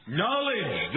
knowledge